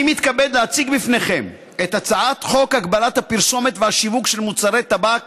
אני מתכבד להציג בפניכם את הצעת חוק הגבלת הפרסומת והשיווק של מוצרי טבק